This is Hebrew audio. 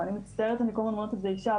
ואני מצטערת שאני כל הזמן אומרת שזה אישה.